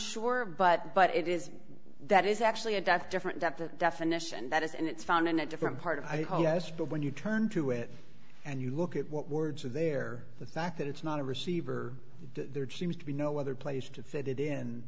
sure but but it is that is actually a that's different that the definition that is and it's found in a different part of i guess but when you turn to it and you look at what words are there the fact that it's not a receiver there seems to be no other place to fit it in